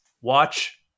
Watch